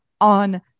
on